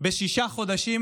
בשישה חודשים,